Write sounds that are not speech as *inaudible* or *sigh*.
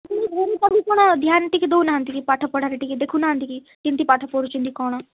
ମୁଁ *unintelligible* ଧ୍ୟାନ ଟିକେ ଦଉ ନାହାନ୍ତି କି ପାଠ ପଢ଼ାରେ ଟିକେ ଦେଖୁ ନାହାନ୍ତି କି କେମିତି ପାଠ ପଢ଼ୁଛନ୍ତି କ'ଣ